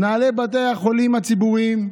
בפני מנהלי בתי החולים הציבוריים,